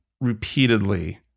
repeatedly